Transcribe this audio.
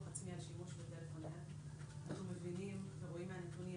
עצמי על שימוש בטלפון נייד ואנחנו רואים מהנתונים